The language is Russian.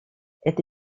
это